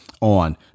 on